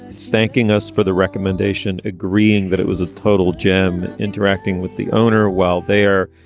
thanking us for the recommendation, agreeing that it was a total jam interacting with the owner while there.